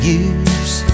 use